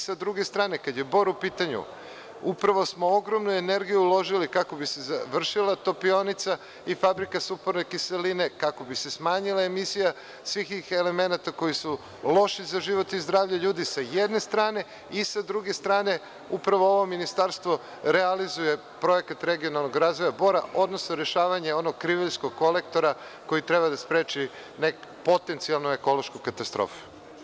Sa druge strane, kada je Bor u pitanju upravo smo ogromnu energiju uložili kako bi se završila Topionica i Fabrika sumporne kiseline, kako bi se smanjila emisija svih tih elemenata koji su loši za život i zdravlje ljudi sa jedne strane i sa druge strane upravo ovo ministarstvo realizuje projekat regionalnog razvoja Bora, odnosno rešavanje onog Kriveljskog kolektora koji treba da spreči potencijalnu ekološku katastrofu.